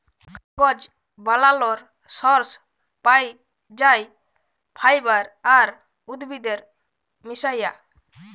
কাগজ বালালর সর্স পাই যাই ফাইবার আর উদ্ভিদের মিশায়া